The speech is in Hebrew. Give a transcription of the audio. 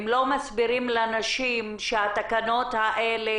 אם לא מסבירים לנשים על התקנות האלה,